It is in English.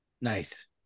Nice